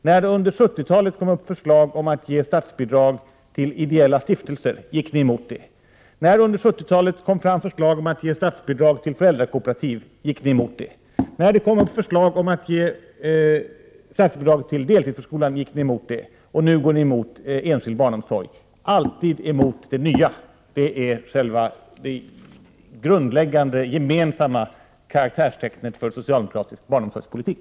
När det under 70-talet väcktes förslag om att ge statsbidrag till ideella stiftelser gick socialdemokraterna emot det. När det under 70-talet väcktes förslag om att ge statsbidrag till föräldrakooperativ gick socialdemokraterna emot det. När det väcktes förslag om att ge statsbidrag till deltidsförskolan gick socialdemokraterna emot det. Och nu går socialdemokraterna emot förslaget att ge statsbidrag till enskild barnomsorg. Socialdemokraterna går alltid emot det nya, det är det grundläggande och gemensamma karaktärstecknet för socialdemokratisk barnomsorgspolitik!